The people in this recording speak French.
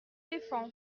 éléphants